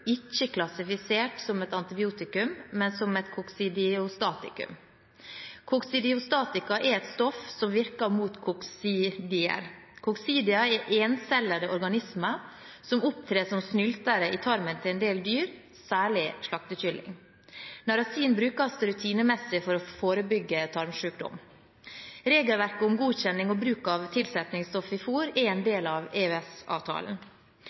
ikke klassifisert som et antibiotikum, men som et koksidiostatikum. Koksidiostatika er et stoff som virker mot koksidier. Koksidier er encellede organismer som opptrer som snyltere i tarmen til en del dyr, særlig slaktekylling. Narasin brukes rutinemessig for å forebygge tarmsykdom. Regelverket om godkjenning og bruk av tilsetningsstoff i fôr er en del av